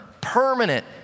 permanent